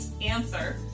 answer